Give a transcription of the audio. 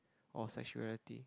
or sexuality